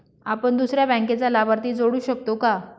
आपण दुसऱ्या बँकेचा लाभार्थी जोडू शकतो का?